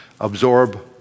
absorb